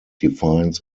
defines